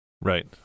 Right